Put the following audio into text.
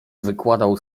wykładał